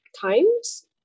times